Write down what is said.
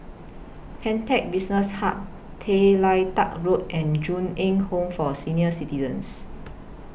Pantech Business Hub Tay Lian Teck Road and Ju Eng Home For Senior Citizens